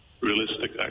realistic